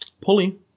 pulley